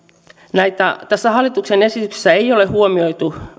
tässä hallituksen esityksessä ei ole huomioitu